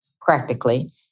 practically